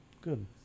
Good